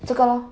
这个 lor